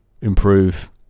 improve